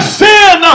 sin